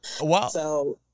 Wow